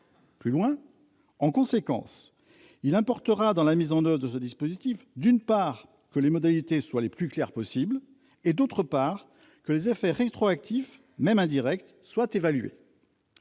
importera, en conséquence, dans la mise en oeuvre de ce dispositif, d'une part, que les modalités soient les plus claires possible et, d'autre part, que les effets rétroactifs, même indirects, soient évalués.